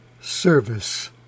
service